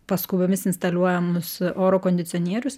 paskubomis instaliuojamus oro kondicionierius